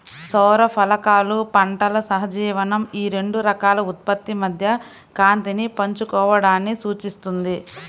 సౌర ఫలకాలు పంటల సహజీవనం ఈ రెండు రకాల ఉత్పత్తి మధ్య కాంతిని పంచుకోవడాన్ని సూచిస్తుంది